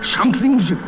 Something's